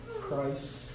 Christ